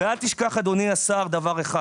ואל תשכח, אדוני השר, דבר אחד